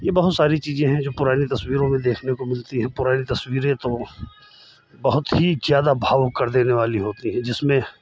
ये बहुत सारी चीज़ें हैं जो पुरानी तस्वीरों में देखने को मिलती हैं पुरानी तस्वीरें तो बहुत ही ज़्यादा भावुक कर देने वाली होती हैं जिसमें